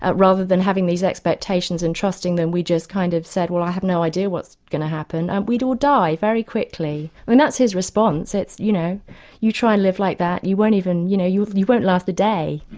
ah rather than having these expectations and trusting them, we just kind of said well i have no idea what's going to happen we'd all die, very quickly. and that's his response, you know you try and live like that, you won't even you know you you won't last a day.